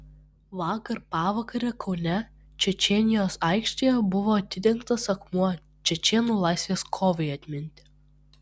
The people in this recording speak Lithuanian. vakar pavakare kaune čečėnijos aikštėje buvo atidengtas akmuo čečėnų laisvės kovai atminti